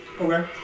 Okay